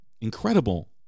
incredible